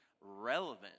relevant